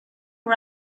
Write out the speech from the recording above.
run